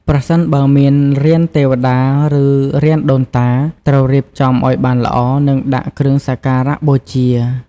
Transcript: ប្រសិនបើមានរានទេវតា ឬរានដូនតា ត្រូវរៀបចំឲ្យបានល្អ និងដាក់គ្រឿងសក្ការៈបូជា។